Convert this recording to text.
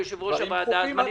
היית יושב-ראש -- דברים דחופים.